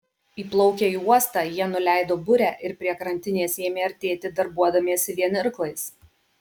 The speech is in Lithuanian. įplaukę į uostą jie nuleido burę ir prie krantinės ėmė artėti darbuodamiesi vien irklais